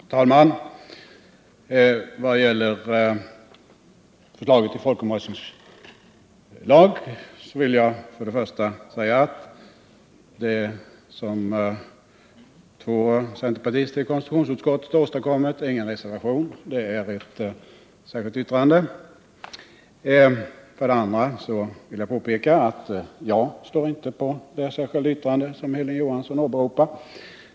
Herr talman! Vad gäller förslaget till folkomröstningslag vill jag för det första säga att det som två centerpartister i konstitutionsutskottet åstadkommit inte är en reservation utan ett särskilt yttrande. För det andra vill jag påpeka att jag inte har anslutit mig till detta särskilda yttrande, som Hilding Johansson åberopar.